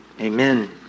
Amen